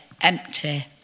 empty